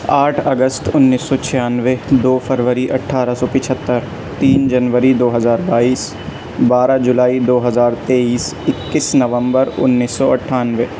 آٹھ اگست انیس سو چھیانوے دو فروری اٹھارہ سو پچہتر تین جنوری دو ہزار بائیس بارہ جولائی دو ہزار تیئیس اکیس نومبر انیس سو اٹھانوے